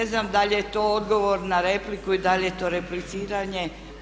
Ne znam da li je to odgovor na repliku i da li je to repliciranje.